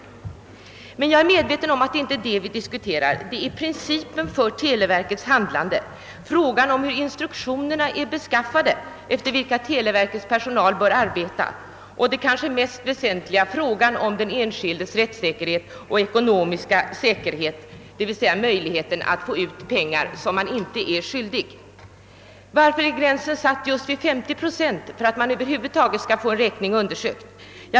Jag är emellertid medveten om att det inte är den saken vi nu diskuterar, utan det är principen för televerkets handlande och frågan om hur de instruktioner är beskaffade efter vilka televerkets personal skall arbeta samt — kanske det mest väsentliga — den enskildes rättssäkerhet och ekonomiska säkerhet, d.v.s. hans möjligheter att slippa betala pengar som han inte är skyldig. Varför är gränsen satt till just 50 procent för att man skall få en räkning undersökt?